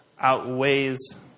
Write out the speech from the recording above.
outweighs